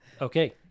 Okay